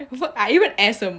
I even as a